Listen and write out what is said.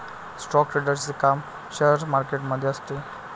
stock ट्रेडरचे काम share market मध्ये असते